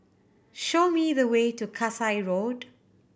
show me the way to Kasai Road